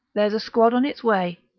there's a squad on its way.